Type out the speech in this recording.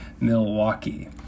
Milwaukee